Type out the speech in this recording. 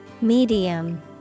Medium